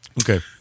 Okay